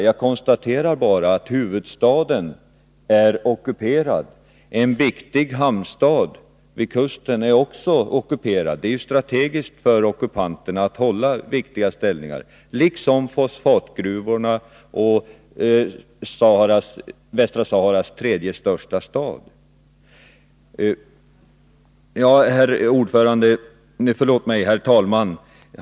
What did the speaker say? Jag konstaterade bara att huvudstaden, en viktig hamnstad vid kusten, fosfatgruvorna och Västra Saharas tredje största stad är ockuperade. Det är naturligtvis strategiskt för ockupanterna att hålla dessa viktiga ställningar. Herr talman!